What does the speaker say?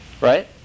Right